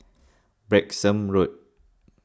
Branksome Road